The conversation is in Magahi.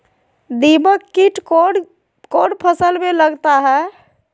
दीमक किट कौन कौन फसल में लगता है?